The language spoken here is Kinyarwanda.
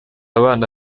abana